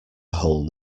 whole